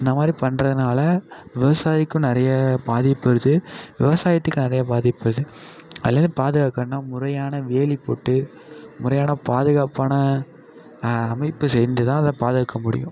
இந்தமாதிரி பண்றதுனால் விவசாயிக்கும் நிறைய பாதிப்பு வருது விவசாயித்துக்கு நிறைய பாதிப்பு வருது அதுலேருந்து பாதுகாக்கணுன்னால் முறையான வேலி போட்டு முறையான பாதுகாப்பான அமைப்பு செஞ்சுதான் அதை பாதுகாக்க முடியும்